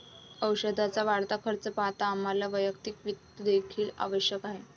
औषधाचा वाढता खर्च पाहता आम्हाला वैयक्तिक वित्त देखील आवश्यक आहे